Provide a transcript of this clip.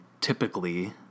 typically